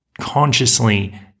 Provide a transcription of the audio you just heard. consciously